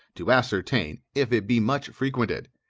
to ascertain if it be much frequented.